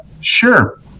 sure